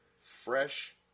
fresh